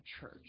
church